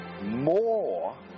more